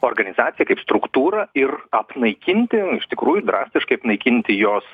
organizaciją kaip struktūrą ir apnaikinti iš tikrųjų drastiškai apnaikinti jos